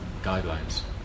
guidelines